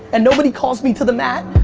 and nobody calls me to the mat,